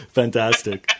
fantastic